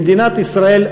במדינת ישראל,